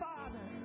Father